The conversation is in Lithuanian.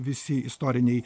visi istoriniai